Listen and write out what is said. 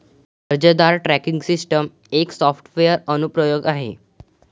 अर्जदार tracking system एक software अनुप्रयोग आहे